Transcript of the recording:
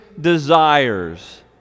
desires